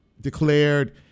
declared